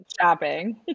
Shopping